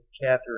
Catherine